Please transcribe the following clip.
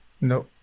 No